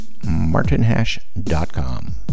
martinhash.com